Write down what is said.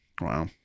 Wow